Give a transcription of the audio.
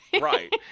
right